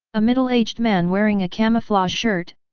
a middle-aged man wearing a camouflage shirt,